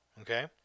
Okay